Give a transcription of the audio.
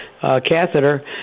catheter